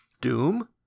Doom